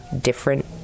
different